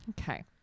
Okay